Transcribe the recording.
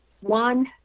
one